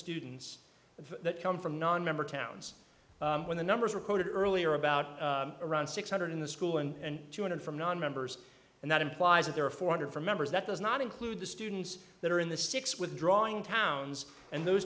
students that come from nonmember towns when the numbers reported earlier about around six hundred in the school and two hundred from nonmembers and that implies that there are four hundred four members that does not include the students that are in the six withdrawing towns and those